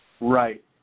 Right